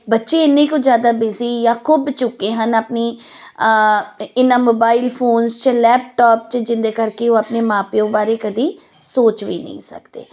ਬੱਚੇ ਇੰਨੇ ਕੁ ਜ਼ਿਆਦਾ ਬਿਜ਼ੀ ਜਾਂ ਖੁੱਬ ਚੁੱਕੇ ਹਨ ਆਪਣੀ ਇਹਨਾਂ ਮੋਬਾਈਲ ਫੋਨਸ 'ਚ ਲੈਪਟੋਪ 'ਚ ਜਿਹਦੇ ਕਰਕੇ ਉਹ ਆਪਣੇ ਮਾਂ ਪਿਓ ਬਾਰੇ ਕਦੇ ਸੋਚ ਵੀ ਨਹੀਂ ਸਕਦੇ